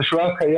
זה שהוא היה קיים,